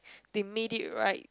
they made it right